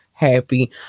happy